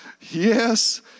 Yes